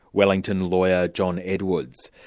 wellington lawyer, john edwards.